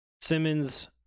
simmons